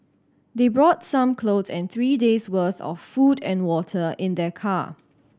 they brought some clothes and three days worth of food and water in their car